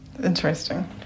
Interesting